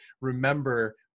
remember